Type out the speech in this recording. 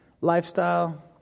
lifestyle